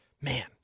Man